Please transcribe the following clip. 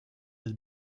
del